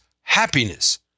happiness